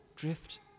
Drift